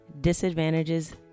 disadvantages